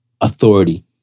authority